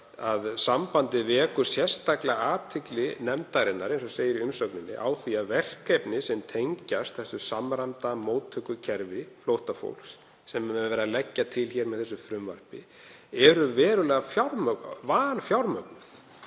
að sambandið vekur sérstaklega athygli hennar, eins og segir í umsögninni, á því að verkefni sem tengjast þessu samræmda móttökukerfi flóttafólks, sem verið er að leggja til með þessu frumvarpi, eru verulega vanfjármögnuð